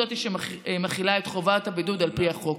היא שמחילה את חובת הבידוד על פי החוק.